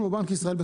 אנחנו בנק ישראל,